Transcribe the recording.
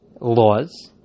laws